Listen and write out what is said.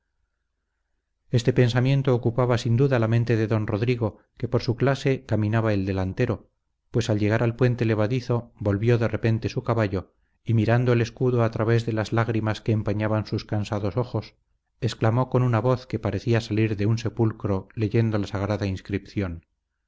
este pensamiento ocupaba sin duda la mente de don rodrigo que por su clase caminaba el delantero pues al llegar al puente levadizo volvió de repente su caballo y mirando el escudo a través de las lágrimas que empañaban sus cansados ojos exclamó con una voz que parecía salir de un sepulcro leyendo la sagrada inscripción